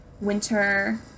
winter